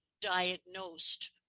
diagnosed